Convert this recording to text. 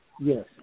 yes